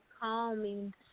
calming